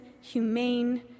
humane